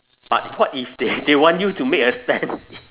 but what if they they want you to make a stand